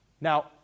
Now